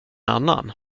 annan